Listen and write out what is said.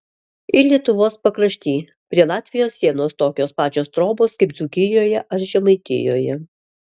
ir lietuvos pakrašty prie latvijos sienos tokios pačios trobos kaip dzūkijoje ar žemaitijoje